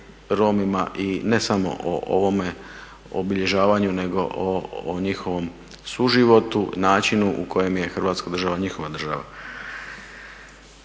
Romima i ne samo o ovome obilježavanju, nego o njihovom suživotu, načinu u kojem je Hrvatska država njihova država.